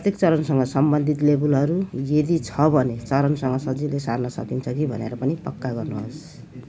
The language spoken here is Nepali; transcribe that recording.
प्रत्येक चरणसँग सम्बन्धित लेबुलहरू यदि छ भने चरणसँग सजिलै सार्न सकिन्छ कि भनेर पनि पक्का गर्नुहोस्